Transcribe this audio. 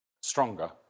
stronger